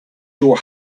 your